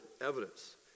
evidence